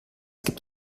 gibt